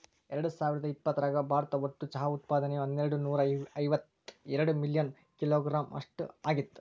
ಎರ್ಡಸಾವಿರದ ಇಪ್ಪತರಾಗ ಭಾರತ ಒಟ್ಟು ಚಹಾ ಉತ್ಪಾದನೆಯು ಹನ್ನೆರಡನೂರ ಇವತ್ತೆರಡ ಮಿಲಿಯನ್ ಕಿಲೋಗ್ರಾಂ ಅಷ್ಟ ಆಗಿತ್ತು